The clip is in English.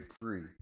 free